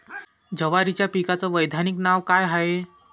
जवारीच्या पिकाचं वैधानिक नाव का हाये?